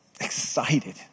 excited